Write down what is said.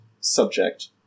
subject